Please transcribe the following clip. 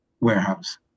warehouse